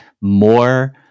more